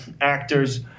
actors